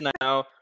now